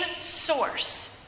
source